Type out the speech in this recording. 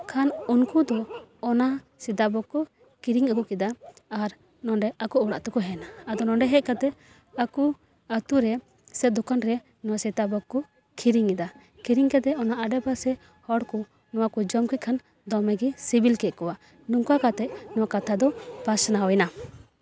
ᱠᱷᱟᱱ ᱩᱱᱠᱩ ᱫᱚ ᱚᱱᱟ ᱥᱤᱛᱟᱵᱷᱳᱜᱽ ᱠᱚ ᱠᱤᱨᱤᱧ ᱟᱹᱜᱩ ᱠᱮᱫᱟ ᱟᱨ ᱱᱚᱰᱮ ᱟᱠᱚ ᱚᱲᱟᱜ ᱛᱮᱠᱚ ᱦᱮᱡ ᱮᱱᱟ ᱟᱫᱚ ᱱᱚᱰᱮ ᱦᱮᱡ ᱠᱟᱛᱮ ᱟᱠᱚ ᱟᱛᱳᱨᱮ ᱥᱮ ᱫᱚᱠᱟᱱ ᱨᱮ ᱱᱚᱣᱟ ᱥᱤᱛᱟᱵᱷᱳᱜᱽ ᱠᱚ ᱠᱤᱨᱤᱧ ᱮᱫᱟ ᱠᱤᱨᱤᱧ ᱠᱟᱛᱮ ᱚᱱᱟ ᱟᱰᱮᱯᱟᱥᱮ ᱦᱚᱲ ᱠᱚ ᱱᱚᱣᱟ ᱠᱚ ᱡᱚᱢ ᱠᱮᱫ ᱠᱷᱟᱱ ᱫᱚᱢᱮᱜᱮ ᱥᱤᱵᱤᱞ ᱠᱮᱫ ᱠᱚᱣᱟ ᱱᱚᱝᱠᱟ ᱠᱟᱛᱮ ᱱᱚᱣᱟ ᱠᱟᱛᱷᱟ ᱫᱚ ᱯᱟᱥᱱᱟᱣ ᱮᱱᱟ